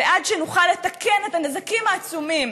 ועד שנוכל לתקן את הנזקים העצומים